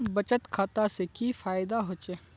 बचत खाता से की फायदा होचे?